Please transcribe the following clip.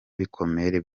bikomere